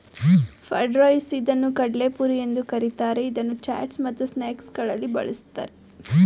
puffed rice ಇದನ್ನು ಕಡಲೆಪುರಿ ಎಂದು ಕರಿತಾರೆ, ಇದನ್ನು ಚಾಟ್ಸ್ ಮತ್ತು ಸ್ನಾಕ್ಸಗಳಲ್ಲಿ ಬಳ್ಸತ್ತರೆ